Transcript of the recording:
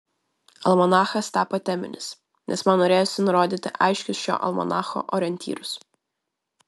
almanachas tapo teminis nes man norėjosi nurodyti aiškius šio almanacho orientyrus